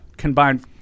combined